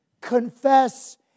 confess